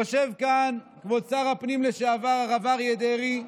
יושב כאן כבוד שר הפנים לשעבר, הרב אריה דרעי,